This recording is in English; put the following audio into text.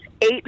eight